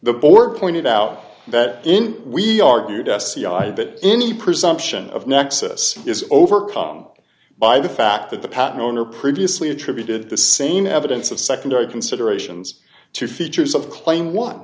the board pointed out that in we argued sci that any presumption of nexus is overcome by the fact that the patent owner previously attributed the same evidence of secondary considerations to features of claim one